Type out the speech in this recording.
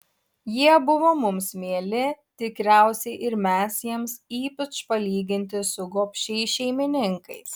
jie buvo mums mieli tikriausiai ir mes jiems ypač palyginti su gobšiais šeimininkais